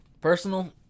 Personal